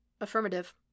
Affirmative